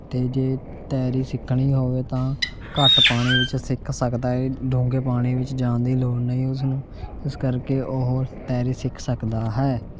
ਅਤੇ ਜੇ ਤੈਰੀ ਸਿੱਖਣੀ ਹੋਵੇ ਤਾਂ ਘੱਟ ਪਾਣੀ ਵਿੱਚ ਸਿੱਖ ਸਕਦਾ ਹੈ ਡੂੰਘੇ ਪਾਣੀ ਵਿੱਚ ਜਾਣ ਦੀ ਲੋੜ ਨਹੀਂ ਉਸਨੂੰ ਇਸ ਕਰਕੇ ਉਹ ਤੈਰੀ ਸਿੱਖ ਸਕਦਾ ਹੈ